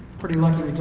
pretty lucky.